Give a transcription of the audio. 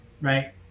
right